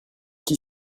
qui